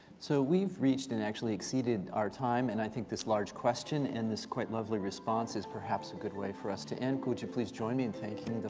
so we've reached and actually exceeded our time. and i think this large question and this quite lovely response is perhaps a good way for us to end. could you please join me in